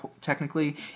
technically